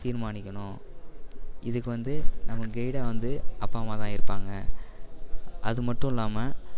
தீர்மானிக்கணும் இதுக்கு வந்து நமக்கு கைடாக வந்து அப்பா அம்மா தான் இருப்பாங்க அது மட்டும் இல்லாமல்